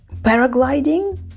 Paragliding